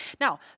Now